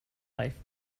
life